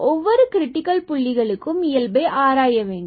ஒவ்வொரு கிரிட்டிக்கல் புள்ளிகளுக்கும் இயல்பை ஆராய வேண்டும்